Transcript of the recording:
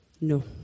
No